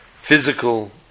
physical